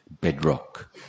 bedrock